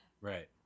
Right